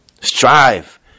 strive